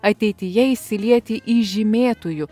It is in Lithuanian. ateityje įsilieti į žymėtųjų